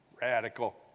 Radical